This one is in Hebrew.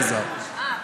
אלעזר,